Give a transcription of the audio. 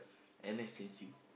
N_S change you